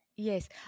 Yes